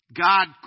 God